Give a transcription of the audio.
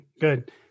Good